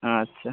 ᱟᱪᱪᱷᱟ